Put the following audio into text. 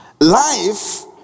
Life